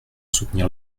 soutenir